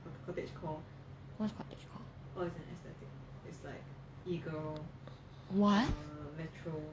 what's cottagecore what